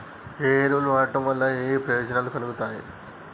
ఏ ఎరువులు వాడటం వల్ల ఏయే ప్రయోజనాలు కలుగుతయి?